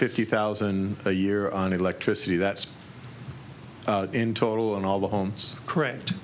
fifty thousand a year on electricity that's in total in all the homes correct